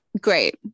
great